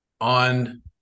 on